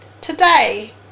today